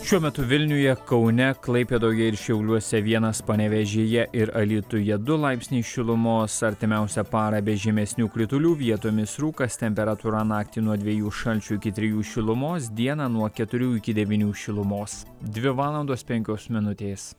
šiuo metu vilniuje kaune klaipėdoje ir šiauliuose vienas panevėžyje ir alytuje du laipsniai šilumos artimiausią parą be žymesnių kritulių vietomis rūkas temperatūra naktį nuo dviejų šalčio iki trijų šilumos dieną nuo keturių iki devynių šilumos dvi valandos penkios minutės